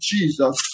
Jesus